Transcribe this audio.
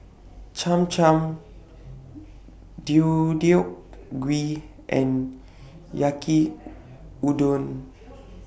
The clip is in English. Cham Cham Deodeok Gui and Yaki Udon